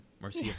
Marcia